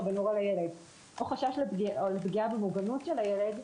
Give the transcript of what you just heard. בין הורה לילד או חשש לפגיעה במוגנות של הילד,